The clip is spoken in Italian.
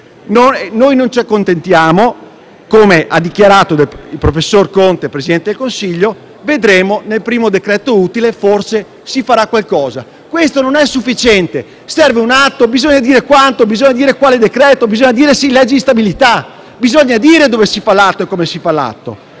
Noi non ci accontentiamo. Come ha dichiarato il professor Conte, Presidente del Consiglio, si vedrà, forse nel primo decreto utile si farà qualcosa. Questo non è sufficiente, serve un atto, bisogna dire quanto, bisogna dire quale decreto, bisogna dire se nella legge di stabilità, bisogna dire dove si fa l'atto e come lo si fa.